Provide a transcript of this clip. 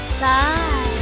Bye